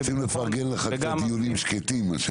רוצים לפרגן לך פה דיונים שקטים.